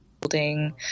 building